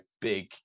big